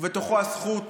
ובתוכו הזכות